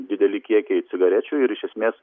dideli kiekiai cigarečių ir iš esmės